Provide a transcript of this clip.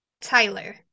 tyler